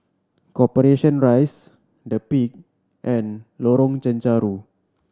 Corporation Rise The Peak and Lorong Chencharu